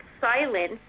silence